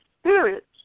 spirit